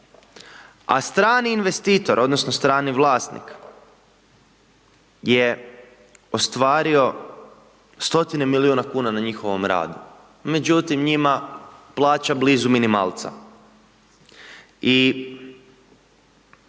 A strani investitor, odnosno, strani vlasnik, je ostvario stotine milijuna kuna na njihovom radu, međutim, njima plaća blizu minimalca. I